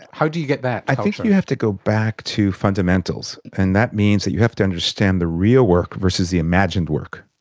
how do you get that culture? i think you have to go back to fundamentals, and that means that you have to understand the real work versus the imagined work.